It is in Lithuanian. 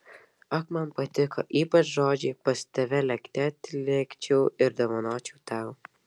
ak man patiko ypač žodžiai pas tave lėkte atlėkčiau ir dovanočiau tau